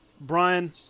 Brian